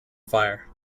fire